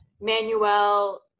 Manuel